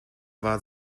war